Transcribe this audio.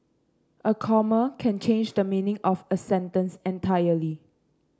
a comma can change the meaning of a sentence entirely